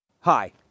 Hi